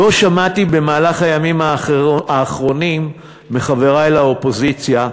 לא שמעתי במהלך הימים האחרונים מחברי לאופוזיציה,